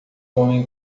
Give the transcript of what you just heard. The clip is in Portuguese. homem